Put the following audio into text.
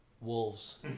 wolves